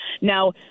Now